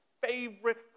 favorite